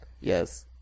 Yes